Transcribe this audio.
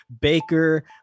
Baker